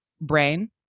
brain